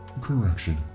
correction